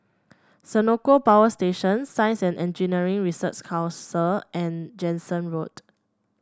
Senoko Power Station Science And Engineering Research Council and Jansen Road